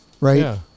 right